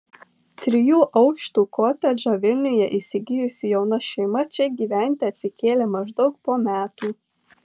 trijų aukštų kotedžą vilniuje įsigijusi jauna šeima čia gyventi atsikėlė maždaug po metų